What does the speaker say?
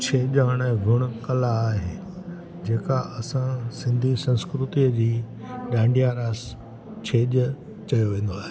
छेॼ हणण जो गुण कला आहे जेका असां सिंधी संस्कृतिअ जी डांडिया रास छेॼ चयो वेंदो आहे